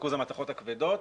ריכוז המתכות הכבדות